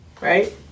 Right